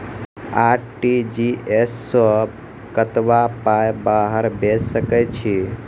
RTGS सअ कतबा पाय बाहर भेज सकैत छी?